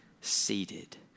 seated